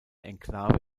exklave